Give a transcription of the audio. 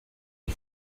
die